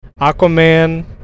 Aquaman